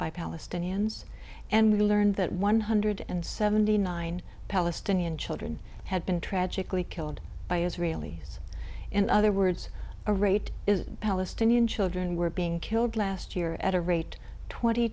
by palestinians and we learned that one hundred and seventy nine palestinian children had been tragically killed by israeli in other words a rate is palestinian children were being killed last year at a rate twenty